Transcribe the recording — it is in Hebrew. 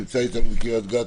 מי נמצא איתנו מקריית גת?